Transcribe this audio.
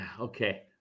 okay